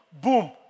Boom